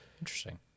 Interesting